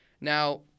Now